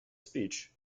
speech